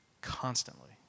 Constantly